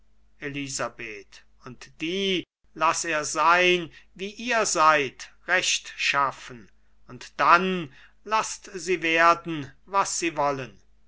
elisabeth und die laß er sein wie ihr seid rechtschaffen und dann laßt sie werden was sie wollen